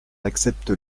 accepte